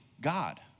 God